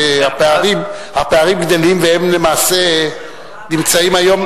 שהפערים גדלים והם למעשה נמצאים היום,